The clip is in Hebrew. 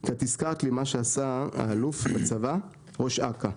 כי את הזכרת לי מה שעשה האלוף בצבא, ראש אכ"א.